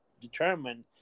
determined